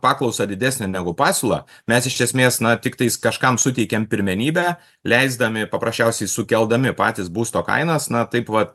paklausą didesnę negu pasiūlą mes iš esmės na tiktais kažkam suteikiam pirmenybę leisdami paprasčiausiai sukeldami patys būsto kainas na taip vat